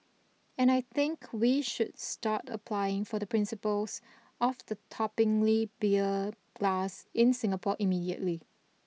and I think we should start applying for the principles of the toppling beer glass in Singapore immediately